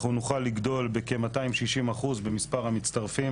אנחנו נוכל לגדול בכ-260% במספר המצטרפים